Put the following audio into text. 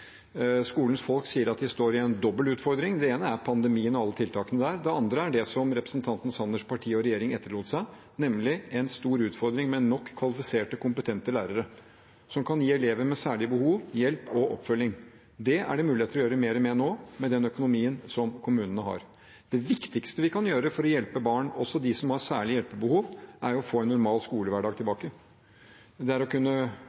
Skolens folk sier at de står i en dobbel utfordring. Den ene er pandemien og alle tiltakene der. Den andre er det som representanten Sanners parti og regjering etterlot seg, nemlig en stor utfordring med nok kvalifiserte og kompetente lærere som kan gi elever med særlige behov hjelp og oppfølging. Det er det mulighet for å gjøre mer med nå, med den økonomien som kommunene har. Det viktigste vi kan gjøre for å hjelpe barn, også dem som har særlige hjelpebehov, er å få tilbake en normal skolehverdag. Det er å kunne